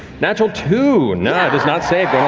natural two, no, it does not save, go